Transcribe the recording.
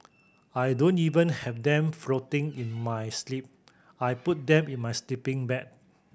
I don't even have them floating in my sleep I put them in my sleeping bag